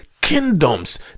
kingdoms